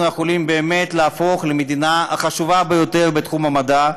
אנחנו יכולים באמת להפוך למדינה החשובה ביותר בתחום המדע.